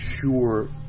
sure